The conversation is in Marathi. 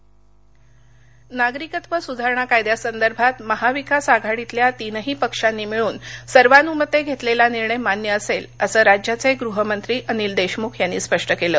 अनिल देशम्ख नागरिकत्त्व सूधारणा कायद्यासंदर्भात महाविकास आघाडीतल्या तीनही पक्षांनी मिळून सर्वानूमते घेतलेला निर्णय मान्य असेल असं राज्याचे गृहमंत्री अनिल देशमूख यांनी स्पष्ट केलं